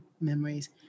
memories